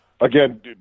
Again